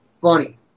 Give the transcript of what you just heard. Funny